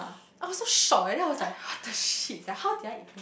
I was so shocked eh then I was like what the shit sia how did I